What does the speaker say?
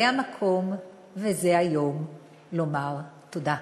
זה המקום וזה היום לומר תודה.